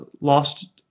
lost